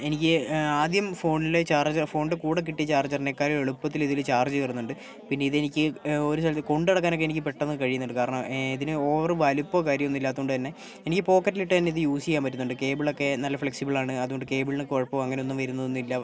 എനിക്ക് ആദ്യം ഫോണിലെ ചാർജർ ഫോണിൻ്റെ കൂടെ കിട്ടിയ ചാർജർനേക്കാളും എളുപ്പത്തില് ഇതില് ചാർജ് കയറുന്നുണ്ട് പിന്നെ ഇതെനിക്ക് ഒരു സ്ഥലത്ത് കൊണ്ട് നടക്കാനൊക്കെ എനിക്ക് പെട്ടന്ന് കഴിയുന്നുണ്ട് കാരണം ഇതിന് ഓവറ് വലിപ്പമോ കാര്യമോ ഒന്നും ഇല്ലാത്തത് കൊണ്ട് തന്നെ എനിക്ക് പോക്കറ്റിൽ ഇട്ട് തന്നെ യൂസ് ചെയ്യാൻ പറ്റുന്നുണ്ട് കേബിളൊക്കെ നല്ല ഫ്ലെക്സിബിൾ ആണ് അതുകൊണ്ട് കേബിളിന് കുഴപ്പമോ അങ്ങനൊന്നും വരുന്നൊന്നും ഇല്ല